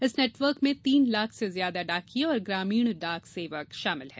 इस नेटवर्क में तीन लाख से ज्यादा डाकिये और ग्रामीण डाक सेवक शामिल हैं